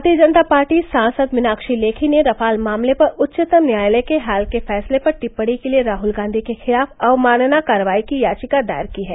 भारतीय जनता पार्टी सांसद मीनाक्षी लेखी ने रफाल मामले पर उच्चतम न्यायालय के हाल के फैसले पर टिप्पणी के लिए राहुल गांधी के खिलाफ अवमानना कार्रवाई की याचिका दायर की है